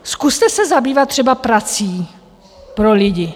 Zkuste se zabývat třeba prací pro lidi.